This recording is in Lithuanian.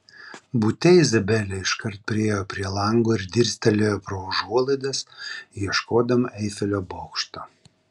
bute izabelė iškart priėjo prie lango ir dirstelėjo pro užuolaidas ieškodama eifelio bokšto